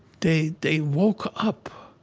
they they woke up